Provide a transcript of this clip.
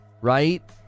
right